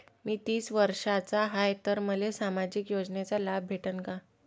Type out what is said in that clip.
मी तीस वर्षाचा हाय तर मले सामाजिक योजनेचा लाभ भेटन का?